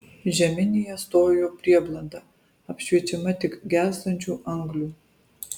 žeminėje stojo prieblanda apšviečiama tik gęstančių anglių